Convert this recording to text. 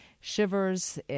Shivers